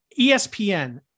ESPN